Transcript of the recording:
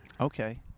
Okay